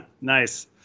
Nice